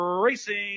Racing